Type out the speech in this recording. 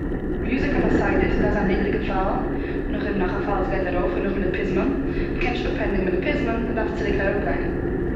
מוזיק האט א סדר. ס'דארף זיין נידריגע פאל, און נאך דעם נאך א פאל וואס גייט ארויף, און נאך דעם די פזמון. מ'קען נישט אפענדיגן מיט די פזמון. מ'דארף צוריק אראפגיין.